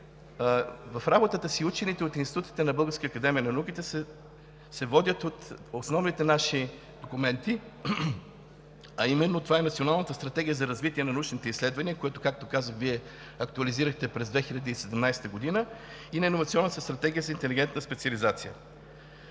в работата си учените от институтите на Българската академия на науките се водят от основните наши документи, а именно Националната стратегия за развитие на научните изследвания, която, както казах, Вие актуализирахте през 2017 г., и Иновационната стратегия за интелигентна специализация.